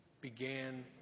began